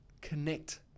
connect